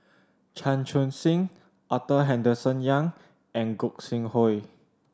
Chan Chun Sing Arthur Henderson Young and Gog Sing Hooi